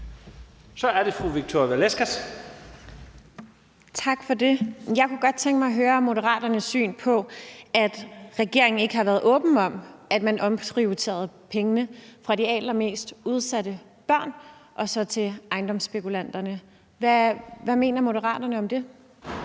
Kl. 12:15 Victoria Velasquez (EL): Tak for det. Jeg kunne godt tænke mig at høre Moderaternes syn på, at regeringen ikke har været åben om, at man omprioriterede pengene fra de allermest udsatte børn og så til ejendomsspekulanterne. Hvad mener Moderaterne om det?